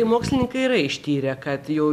tai mokslininkai yra ištyrę kad jo